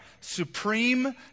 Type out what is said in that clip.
supreme